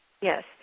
Yes